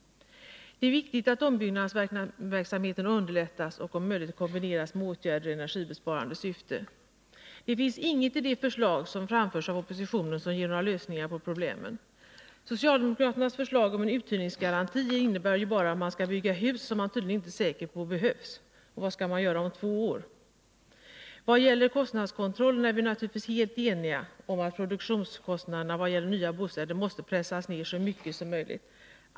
Det är viktigt att ombyggnadsverksamheten underlät 17 tas och om möjligt kombineras med åtgärder i energibesparande syfte. Det finns inget i de förslag som framförts av oppositionen som ger några lösningar på problemen. Socialdemokraternas förslag om en uthyrningsgaranti innebär ju bara att man skall bygga hus som man tydligen inte är säker på behövs. Och vad skall man göra efter två år? Vad gäller kostnadskontrollen är vi naturligtvis helt eniga om att produktionskostnaderna för nya bostäder måste pressas ner så mycket som möjligt.